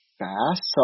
fast